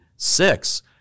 six